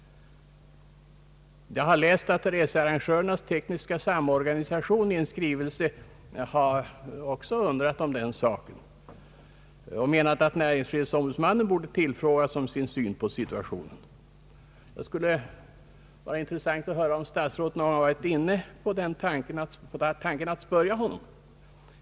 Jag har läst att researrangörernas tekniska samorganisation i en skrivelse också har undrat över den saken och ansett att näringsfrihetsombudsmannen borde tillfrågas om sin syn på situationen. Det skulle vara intressant att höra, om statsrådet någon gång varit inne på tanken att spörja honom.